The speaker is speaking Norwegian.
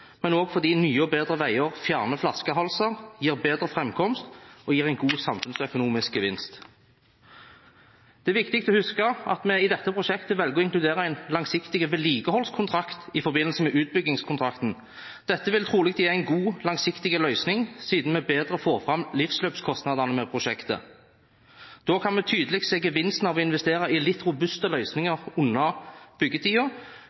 og fordi nye og bedre veier fjerner flaskehalser, gir bedre framkomst og en god samfunnsøkonomisk gevinst. Det er viktig å huske at vi i dette prosjektet velger å inkludere en langsiktig vedlikeholdskontrakt i forbindelse med utbyggingskontrakten. Dette vil trolig gi en god, langsiktig løsning, siden vi bedre får fram livsløpskostnadene ved prosjektet. Da kan vi tydelig se gevinsten av å investere i litt robuste løsninger